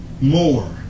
more